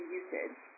usage